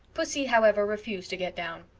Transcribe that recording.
pussy, however, refused to get down.